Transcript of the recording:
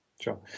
Sure